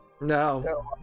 no